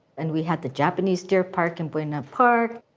and we had the japanese deer park in buena park.